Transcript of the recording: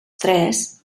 tres